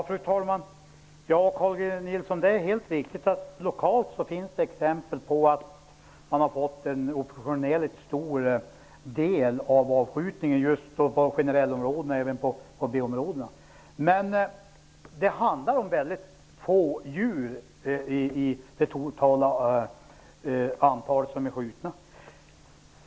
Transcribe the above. Fru talman! Ja, Carl G Nilsson, det är helt riktigt att det lokalt finns exempel på att man har fått en oproportionellt stor del av avskjutningen just på generellområdena, även på A och B-områdena. Men det totala antalet djur som skjutits är litet.